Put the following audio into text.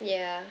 yeah